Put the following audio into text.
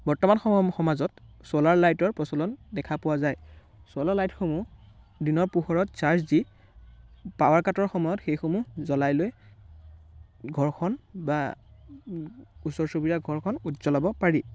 বৰ্তমান সমাজত চ'লাৰ লাইতৰ প্ৰচলন দেখা পোৱা যায় চ'লাৰ লাইটসমূহ দিনৰ পোহৰত চাৰ্জ দি পাৱাৰ কাটৰ সময়ত সেইসমূহ জ্বলাই লৈ ঘৰখন বা ওচৰ চুবুৰীয়াৰ ঘৰখন উজ্বলাব পাৰি